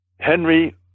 Henry